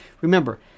remember